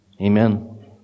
Amen